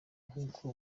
nk’uko